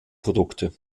produkte